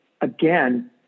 Again